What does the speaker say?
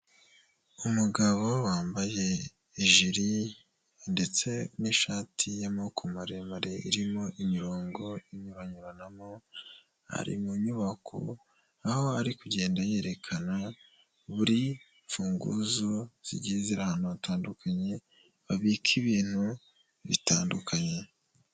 Umugabo wambaye ijiri ndetse n'ishati y'amaboko maremare, irimo imirongo inyuranyuranamo; ari mu nyubako aho ari kugenda yerekana buri mfunguzo zigize ahantu hatandukanye, babika ibintu bitandukanye.